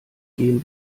gehen